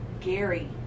Gary